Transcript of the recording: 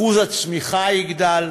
אחוז הצמיחה יגדל,